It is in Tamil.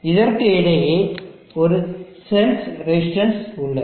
இதற்கு இடையே ஒரு சென்ஸ் ரெசிஸ்டன்ஸ் உள்ளது